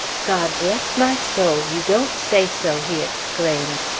god bless my soul! you don't say so! he exclaimed,